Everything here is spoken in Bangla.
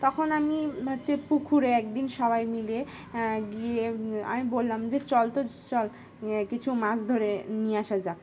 তখন আমি হচ্ছে পুকুরে একদিন সবাই মিলে গিয়ে আমি বললাম যে চল তো চল কিছু মছ ধরে নিয়ে আসা যাক